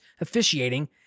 officiating